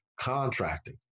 Contracting